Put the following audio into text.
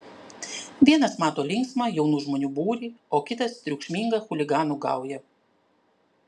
vienas mato linksmą jaunų žmonių būrį o kitas triukšmingą chuliganų gaują